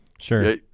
Sure